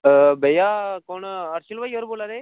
भैया कुन्न हर्ष भैया होर बोला दे